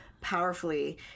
powerfully